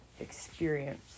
experience